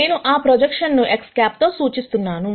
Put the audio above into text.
నేను ఆ ప్రొజెక్షన్ ను X̂ తో సూచిస్తున్నాను